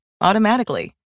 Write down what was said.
automatically